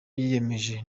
yiyemeje